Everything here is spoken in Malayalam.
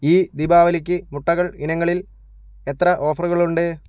ഈ ദീപാവലിക്ക് മുട്ടകൾ ഇനങ്ങളിൽ എത്ര ഓഫറുകളുണ്ട്